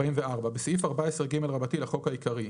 44.בסעיף 14ג לחוק העיקרי,